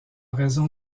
raison